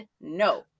no